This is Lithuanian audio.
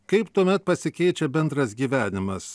kaip tuomet pasikeičia bendras gyvenimas